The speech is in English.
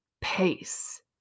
pace